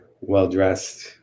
well-dressed